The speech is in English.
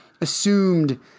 assumed